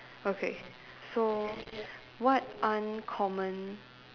okay so what uncommon